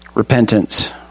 Repentance